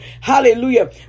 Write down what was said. Hallelujah